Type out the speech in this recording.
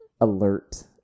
alert